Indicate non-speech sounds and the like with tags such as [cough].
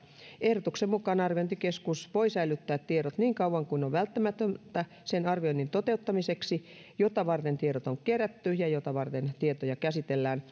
ehdotuksen mukaan arviointikeskus voi säilyttää tiedot niin kauan kuin on välttämätöntä sen arvioinnin toteuttamiseksi jota varten tiedot on kerätty ja jota varten tietoja käsitellään [unintelligible]